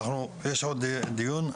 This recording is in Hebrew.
יש עוד דיון.